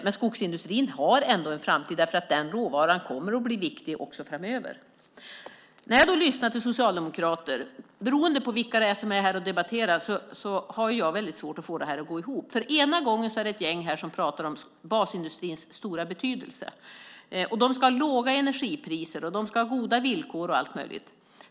Men skogsindustrin har ändå en framtid, därför att dess råvara kommer att vara viktig också framöver. När jag lyssnar till socialdemokrater, beroende på vilka det är som är här och debatterar, har jag väldigt svårt att få det att gå ihop. Ena gången är det ett gäng här som pratar om basindustrins stora betydelse. Basindustrin ska ha låga energipriser, de ska ha goda villkor och allt möjligt.